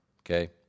okay